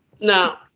Now